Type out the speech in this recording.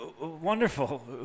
wonderful